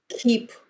keep